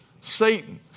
Satan